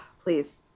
Please